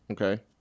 Okay